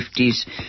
1950s